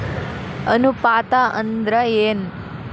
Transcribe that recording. ಅನುಪಾತ ಅಂದ್ರ ಏನ್?